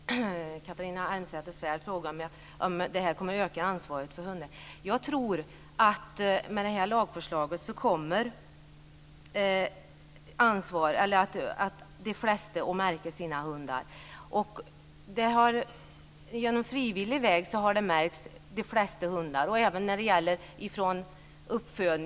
Fru talman! Catharina Elmsäter-Svärd frågade om detta kommer att öka hundägarnas ansvar. Jag tror att med den här lagstiftningen kommer de flesta att märka sina hundar. I dag märks de flesta valpar innan de säljs.